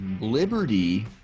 Liberty